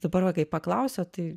dabar va kai paklausėt tai